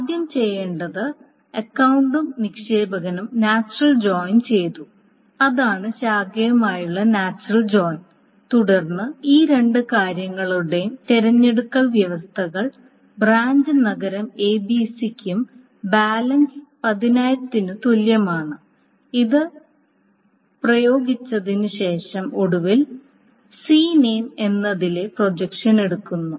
ആദ്യം ചെയ്യേണ്ടത് അക്കൌണ്ടും നിക്ഷേപകനും നാച്ചുറൽ ജോയിൻ ചെയ്തു അതാണ് ശാഖയുമായുള്ള നാച്ചുറൽ ജോയിൻ തുടർന്ന് ഈ രണ്ട് കാര്യങ്ങളുടെയും തിരഞ്ഞെടുക്കൽ വ്യവസ്ഥകൾ ബ്രാഞ്ച് നഗരം എബിസിക്കും ബാലൻസ് 10000 തുല്യമാണ് ഇത് പ്രയോഗിച്ചതിനു ശേഷം ഒടുവിൽ സിനേം എന്നതിലെ പ്രൊജക്ഷൻ എടുക്കുന്നു